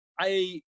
I-